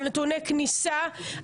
לנתוני כניסה,